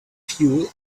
fuel